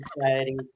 Society